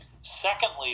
Secondly